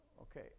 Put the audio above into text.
Okay